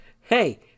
hey